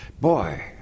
Boy